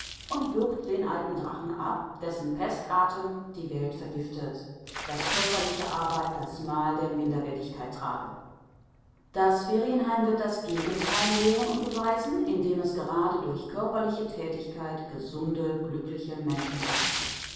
und würgt den alten drachen ab dessen pestatem die welt vergiftet daß körperliche arbeit das mal der minderwertigkeit trage das ferienheim wird das gegenteil lehren und beweisen indem es gerade durch körperliche tätigkeit gesunde glückliche menschen